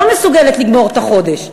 לא מסוגלת לגמור את החודש.